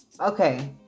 okay